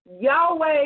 Yahweh